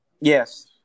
Yes